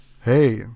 hey